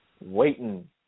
waiting